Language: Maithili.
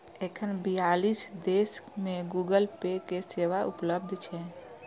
एखन बियालीस देश मे गूगल पे के सेवा उपलब्ध छै